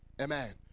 Amen